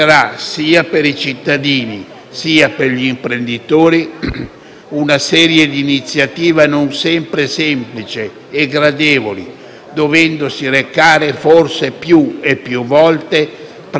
una serie di iniziative non sempre semplici e gradevoli, dovendosi recare forse più e più volte presso le rispettive ambasciate o uffici consolari,